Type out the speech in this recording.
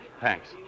Thanks